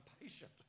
patient